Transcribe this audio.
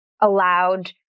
allowed